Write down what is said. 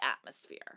atmosphere